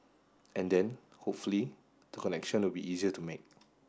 and then hopefully the connection will be easier to make